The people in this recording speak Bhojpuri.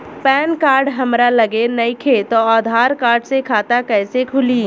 पैन कार्ड हमरा लगे नईखे त आधार कार्ड से खाता कैसे खुली?